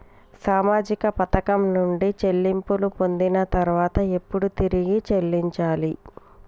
సామాజిక పథకం నుండి చెల్లింపులు పొందిన తర్వాత ఎప్పుడు తిరిగి చెల్లించాలి?